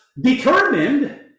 determined